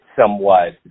somewhat